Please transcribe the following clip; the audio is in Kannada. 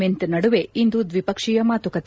ಮಿಂತ್ ನಡುವೆ ಇಂದು ದ್ವಿಪಕ್ಸೀಯ ಮಾತುಕತೆ